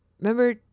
remember